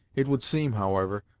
it would seem, however,